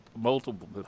multiple